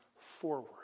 forward